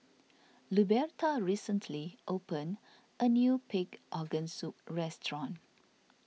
Luberta recently opened a new Pig Organ Soup restaurant